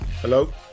Hello